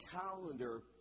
calendar